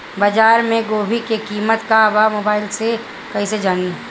बाजार में गोभी के कीमत का बा मोबाइल से कइसे जानी?